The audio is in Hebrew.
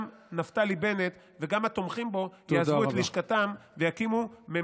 גם נפתלי בנט וגם התומכים בו יעזבו את לשכתם,